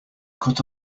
cut